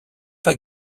pas